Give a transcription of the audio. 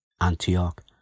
Antioch